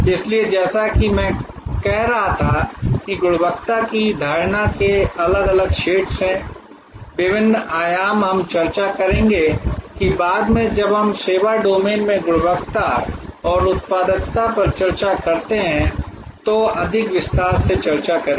इसलिए जैसा कि मैं कह रहा था कि गुणवत्ता की धारणा के अलग अलग शेड्स हैं विभिन्न आयाम हम चर्चा करेंगे कि बाद में जब हम सेवा डोमेन में गुणवत्ता और उत्पादकता पर चर्चा करते हैं तो अधिक विस्तार से चर्चा करेंगे